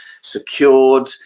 secured